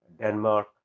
Denmark